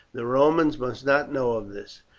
the romans must not know of this.